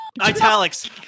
italics